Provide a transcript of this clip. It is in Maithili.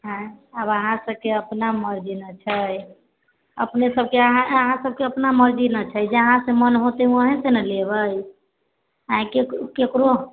आंय आब अहाँ सबके मरजी ने छै अपने सबके अहाँ सबके अपना मरजी ने छै जहाँ से मोन होतै वहीँ से न लेबै आइ केकरो